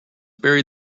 buried